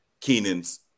keenan's